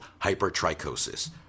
hypertrichosis